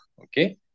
okay